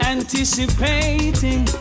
Anticipating